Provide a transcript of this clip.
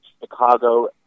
Chicago